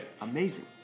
Amazing